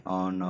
on